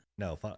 No